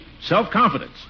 self-confidence